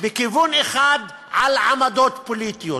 בכיוון אחד על עמדות פוליטיות.